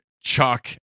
Chuck